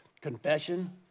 confession